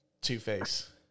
two-face